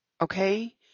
Okay